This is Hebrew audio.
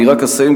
אני רק אסיים,